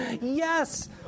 Yes